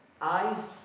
eyes